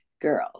girls